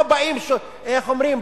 לא באים, איך אומרים?